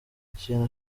kintu